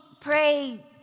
Pray